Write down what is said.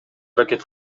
аракет